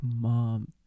mom